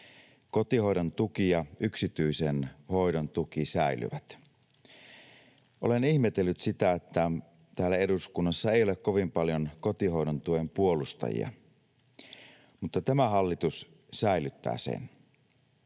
Kotihoidontuki ja yksityisen hoidon tuki säilyvät. Olen ihmetellyt sitä, että täällä eduskunnassa ei ole kovin paljon kotihoidontuen puolustajia, mutta tämä hallitus säilyttää sen.